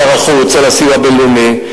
לשר החוץ על הסיוע הבין-לאומי,